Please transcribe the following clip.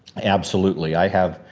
absolutely, i have,